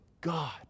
God